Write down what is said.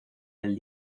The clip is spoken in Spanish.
del